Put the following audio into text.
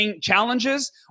challenges